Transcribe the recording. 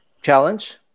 challenge